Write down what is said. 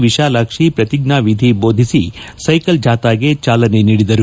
ವಿಶಾಲಾಕ್ಷಿ ಪ್ರತಿಜ್ಞಾನಿಧಿ ಬೋಧಿಸಿ ಸೈಕಲ್ ಜಾಥಾಕ್ತೆ ಚಾಲನೆ ನೀಡಿದರು